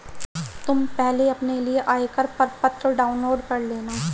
तुम पहले अपने लिए आयकर प्रपत्र डाउनलोड कर लेना